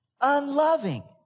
unloving